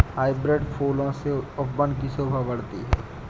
hybrid फूलों से उपवन की शोभा बढ़ती है